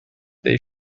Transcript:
they